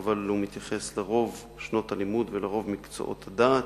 אבל הוא מתייחס לרוב שנות הלימוד ולרוב מקצועות הדעת.